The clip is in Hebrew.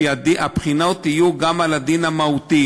כי הבחינות יהיו גם על הדין המהותי.